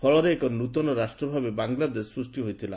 ଫଳରେ ଏକ ନୃତନ ରାଷ୍ଟ୍ର ଭାବେ ବାଂଲାଦେଶ ସୃଷ୍ଟି ହୋଇଥିଲା